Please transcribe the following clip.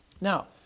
Now